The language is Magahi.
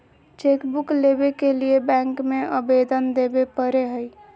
चेकबुक लेबे के लिए बैंक में अबेदन देबे परेय हइ